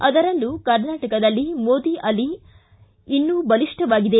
ಅದರಲ್ಲೂ ಕರ್ನಾಟಕದಲ್ಲಿ ಮೋದಿ ಅಲೆ ಇನ್ನೂ ಬಲಿಷ್ಠವಾಗಿದೆ